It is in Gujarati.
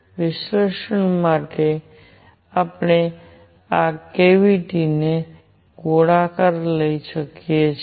વિશ્લેષણ માટે આપણે આ કેવીટી ને ગોળાકાર તરીકે લઈ શકીએ છીએ